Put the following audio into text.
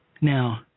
Now